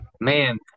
Man